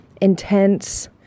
intense